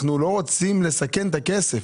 לא רוצים לסכן את הכסף.